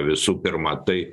visų pirma tai